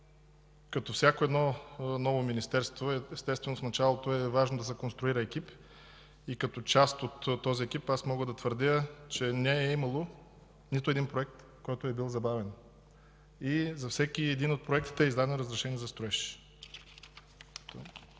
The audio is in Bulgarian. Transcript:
Като всяко едно ново Министерство естествено е важно в началото да се конструира екип и като част от този екип аз мога да твърдя, че не е имало нито един проект, който е бил забавен. За всеки един от проектите е издадено разрешение за строеж.